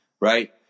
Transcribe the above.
Right